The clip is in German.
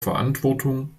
verantwortung